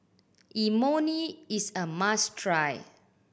imoni is a must try